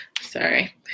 Sorry